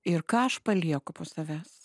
ir ką aš palieku po savęs